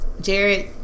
Jared